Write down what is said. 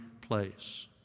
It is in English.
place